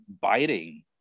biting